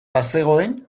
bazegoen